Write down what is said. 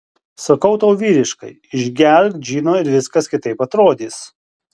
sakau tau vyriškai išgerk džino ir viskas kitaip atrodys